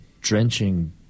drenching